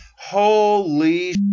Holy